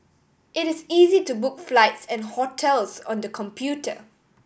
it is easy to book flights and hotels on the computer